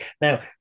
Now